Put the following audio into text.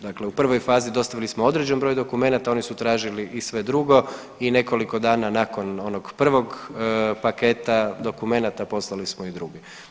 Dakle, u prvoj fazi dostavili smo određen broj dokumenata, oni su tražili i sve drugo i nekoliko dana nakon onog prvog paketa dokumenata poslali smo i drugi.